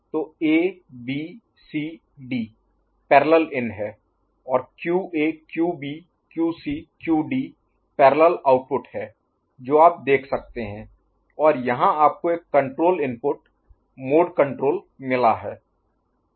तो A B C D parallel in है और QA QB QC QD parallel output हैं जो आप देख सकते हैं और यहां आपको एक कण्ट्रोल इनपुट मोड कण्ट्रोल मिला है